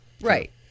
Right